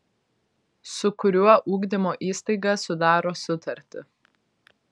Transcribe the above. su kuriuo ugdymo įstaiga sudaro sutartį